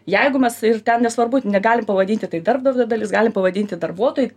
jeigu mes ir ten nesvarbu negalim pavadinti tai darbdavio dalis galim pavadinti darbuotoj